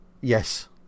Yes